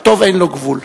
הטוב אין לו גבול.